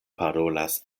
parolas